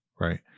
Right